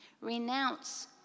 Renounce